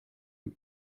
dem